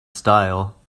style